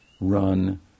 run